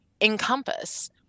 encompass